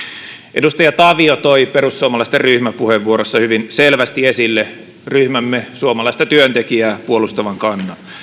edustaja tavio toi perussuomalaisten ryhmäpuheenvuorossa hyvin selvästi esille ryhmämme suomalaista työntekijää puolustavan kannan